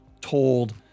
told